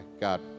God